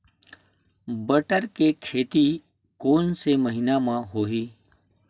बटर के खेती कोन से महिना म होही?